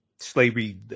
slavery